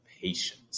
patience